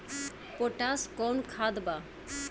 Potash कोउन खाद बा?